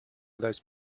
those